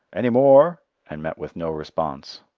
any more? and met with no response,